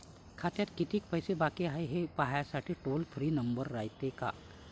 खात्यात कितीक पैसे बाकी हाय, हे पाहासाठी टोल फ्री नंबर रायते का?